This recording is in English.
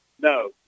No